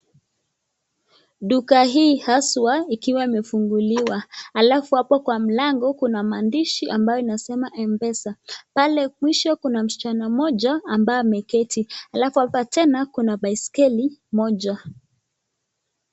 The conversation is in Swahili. Duka hii haswa ikiwa imefunguliwa alafu hapo kwa mlango kuna maandishi ambayo inasema Mpesa. Pale mwisho kuna msichana mmoja ambaye ameketi alafu hapa tena kuna baiskeli moja.